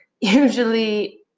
usually